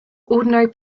ordinary